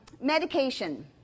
medication